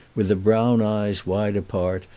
with brown eyes wide apart,